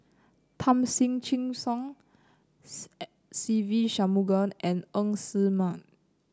Tom Chin Siong Se Ve Shanmugam and Ng Ser Miang